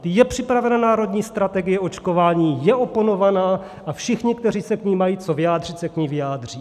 Je připravena národní strategie očkování, je oponována a všichni, kteří se k ní mají co vyjádřit, se k ní vyjádří.